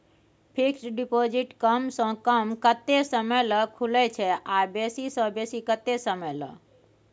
Fixed deposit कम स कम कत्ते समय ल खुले छै आ बेसी स बेसी केत्ते समय ल?